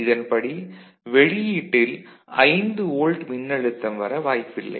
இதன்படி வெளியீட்டில் 5 வோல்ட் மின்னழுத்தம் வர வாய்ப்பில்லை